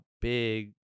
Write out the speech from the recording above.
big